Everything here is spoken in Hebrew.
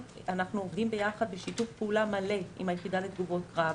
אנחנו עובדים ביחד בשיתוף פעולה מלא עם היחידה לתגובות קרב.